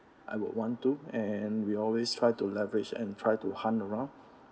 I would want to and we always try to leverage and try to hunt around